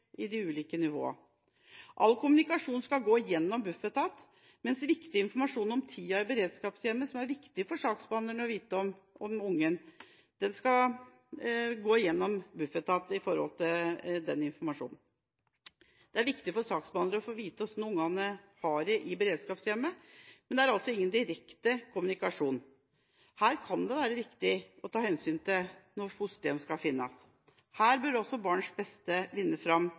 All kommunikasjon skal gå gjennom Bufetat, mens viktig informasjon om den tida barnet har vært i beredskapshjemmet, som det er viktig for en saksbehandler å vite om, skal gå gjennom Bufetat. Det er viktig for saksbehandleren å få vite hvordan barna har det i beredskapshjemmet, men det er altså ingen direkte kommunikasjon. Dette kan det være viktig å ta hensyn til når en skal finne fosterhjem. Her bør barns beste vinne